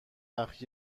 وقت